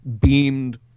beamed